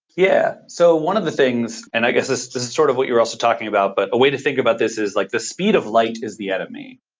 yeah. so, one of the things and i guess this is sort of what you're also talking about. but a way to think about this is like the speed of light is the enemy.